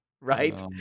Right